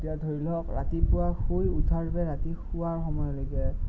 এতিয়া ধৰি লওক ৰাতিপুৱা শুই উঠাৰ পৰা ৰাতি শোৱাৰ সময়লৈকে